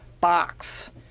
box